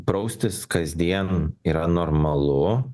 praustis kasdien yra normalu